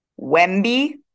Wemby